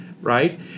right